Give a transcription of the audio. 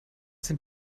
sind